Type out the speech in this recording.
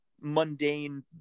mundane